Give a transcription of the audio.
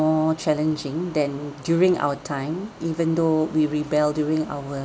challenging than during our time even though we rebel during our